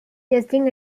justin